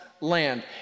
land